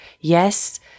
yes